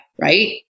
Right